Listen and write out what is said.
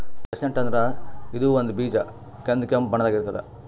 chestnut ಅಂದ್ರ ಇದು ಒಂದ್ ಬೀಜ ಕಂದ್ ಕೆಂಪ್ ಬಣ್ಣದಾಗ್ ಇರ್ತದ್